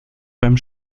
beim